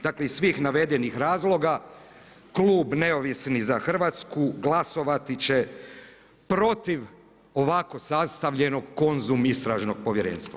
Dakle iz svih navedenih razloga Klub neovisnih za Hrvatsku glasovati će protiv ovako sastavljenog Konzum istražnog povjerenstva.